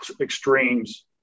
extremes